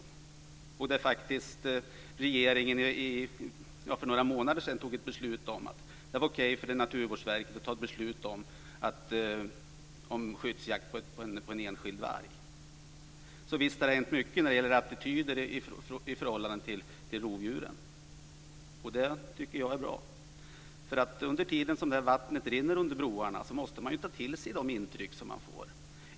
Regeringen fattade faktiskt för några månader sedan ett beslut om att det var okej för Naturvårdsverket att fatta beslut om skyddsjakt på en enskild varg. Visst har det hänt mycket när det gäller attityder i förhållande till rovdjuren. Det tycker jag är bra, för under tiden vattnet rinner under broarna måste man ta till sig de intryck som man får.